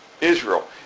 Israel